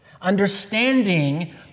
Understanding